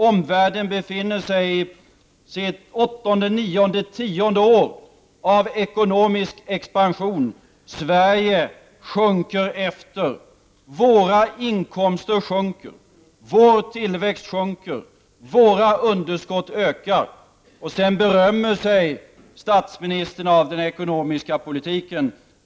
Omvärlden befinner sig i sitt tionde år av ekonomisk expansion. Sverige ligger efter. Våra inkomster och vår tillväxt sjunker samtidigt som våra underskott ökar. Sedan berömmer sig statsministern av den ekonomiska politiken!